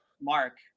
mark